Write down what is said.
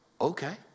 okay